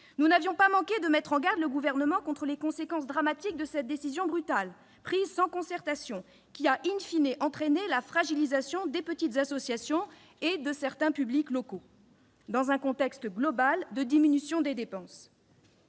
Nous n'avions pas manqué de mettre en garde le Gouvernement contre les conséquences dramatiques de cette décision brutale, prise sans concertation et ayant entraîné, la fragilisation des petites associations et de certains services publics locaux, dans un contexte global de diminution des dépenses.